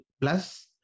plus